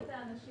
נמצא